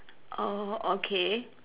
oh okay